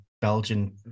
belgian